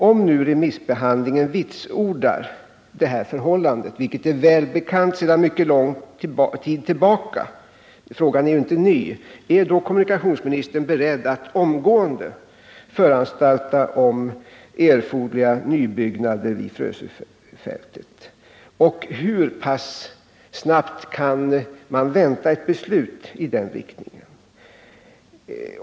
Om nu remissbehandlingen vitsordar att förhållandena är otillfredsställande, vilket är väl bekant sedan mycket lång tid — frågan är ju inte ny — är då kommunikationsministern beredd att omgående föranstalta om erforderliga nybyggnader vid Frösöfältet? Och hur pass snart kan man vänta ett beslut i den riktningen?